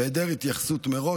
בהיעדר התייחסות מראש,